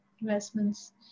investments